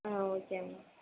ஆ okay